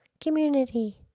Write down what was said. community